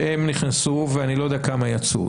שהם נכנסו ואני לא יודע כמה יצאו.